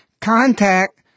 contact